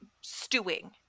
stewing